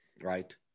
right